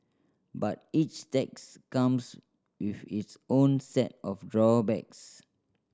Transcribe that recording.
but each tax comes with its own set of drawbacks